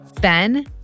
Ben